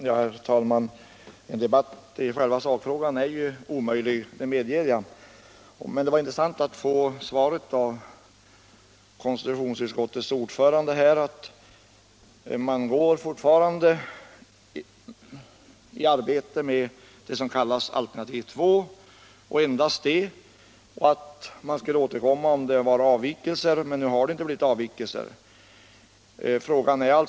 Herr talman! En debatt i själva sakfrågan är omöjlig, det medger jag. Men det var intressant att få svaret av konstitutionsutskottets ordförande att man fortfarande arbetar med det som kallas alternativ 2 — och endast det — och att man skulle återkomma om det gjordes avvikelser. Men några avvikelser har inte förekommit.